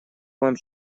вам